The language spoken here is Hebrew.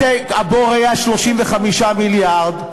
הבור היה 35 מיליארד.